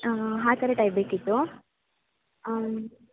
ಹಾಂ ಆ ಥರ ಟೈಪ್ ಬೇಕಿತ್ತು ಆಂ